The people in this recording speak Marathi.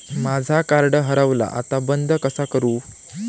माझा कार्ड हरवला आता बंद कसा करू?